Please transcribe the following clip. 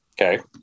Okay